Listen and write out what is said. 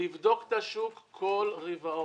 -- ולבדוק את השוק כל ריבעון.